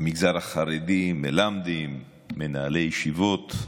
במגזר החרדי, מלמדים, מנהלי ישיבות,